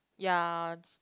ya